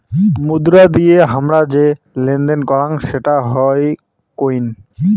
মুদ্রা দিয়ে হামরা যে লেনদেন করাং সেটা হই কোইন